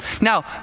Now